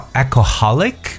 alcoholic